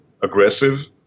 aggressive